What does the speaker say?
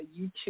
YouTube